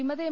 വിമത എം